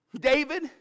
David